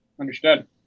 Understood